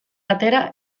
atera